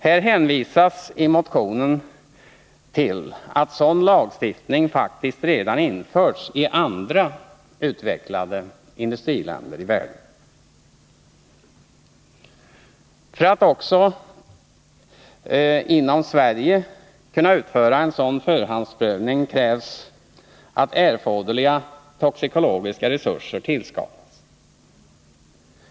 Här hänvisas i motionen till att sådan lagstiftning faktiskt redan införts i andra utvecklade industriländer i världen. För att vi också inom Sverige skall kunna utföra sådan förhandsprövning krävs att erforderliga toxikologiska resurser tillskapas.